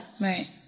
Right